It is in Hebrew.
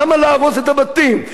למה להרוס את הבתים?